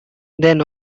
then